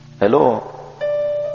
hello